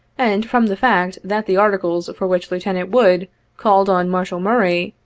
and from the fact that the articles for which lieutenant wood called on marshal murray,